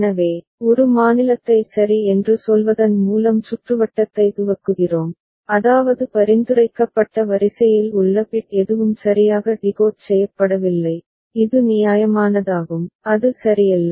எனவே ஒரு மாநிலத்தை சரி என்று சொல்வதன் மூலம் சுற்றுவட்டத்தை துவக்குகிறோம் அதாவது பரிந்துரைக்கப்பட்ட வரிசையில் உள்ள பிட் எதுவும் சரியாக டிகோட் செய்யப்படவில்லை இது நியாயமானதாகும் அது சரியல்ல